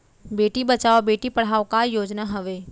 बेटी बचाओ बेटी पढ़ाओ का योजना हवे?